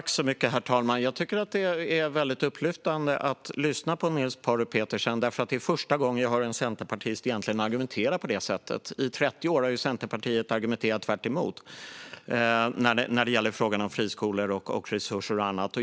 Herr talman! Det är väldigt upplyftande att lyssna på Niels Paarup-Petersen. Det är egentligen första gången jag hör en centerpartist argumentera på det sättet. I 30 år har Centerpartiet argumenterat tvärtom när det gällt friskolor, resurser och annat.